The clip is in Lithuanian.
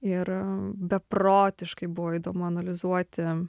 ir beprotiškai buvo įdomu analizuoti